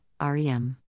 REM